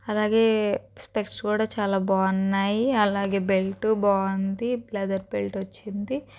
అలాగే స్పెక్ట్స్ కూడా చాలా బాగున్నాయి అలాగే బెల్టు బాగుంది లెదర్ బెల్ట్ వచ్చింది